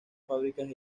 fábricas